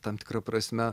tam tikra prasme